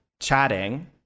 chatting